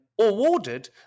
awarded